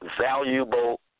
valuable